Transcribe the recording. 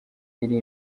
iri